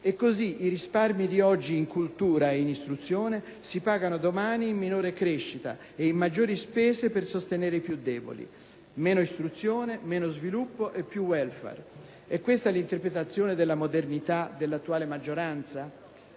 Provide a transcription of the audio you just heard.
E così i risparmi di oggi in cultura e in istruzione si pagano domani in minore crescita e in maggiori spese per sostenere i più deboli. Meno istruzione, meno sviluppo e più *welfare:* è questa l'interpretazione della modernità dell'attuale maggioranza?